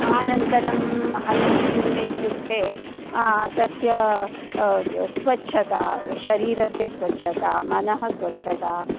अनन्तरम् अन्यत् किम् इत्युक्ते तस्य स्वच्छता शरीरस्य स्वच्छता मनः स्वच्छता